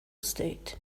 state